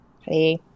Hey